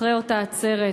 אחרי אותה עצרת,